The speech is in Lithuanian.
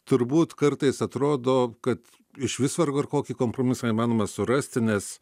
turbūt kartais atrodo kad išvis vargu ar kokį kompromisą įmanoma surasti nes